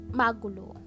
magulo